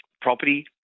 property